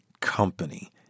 Company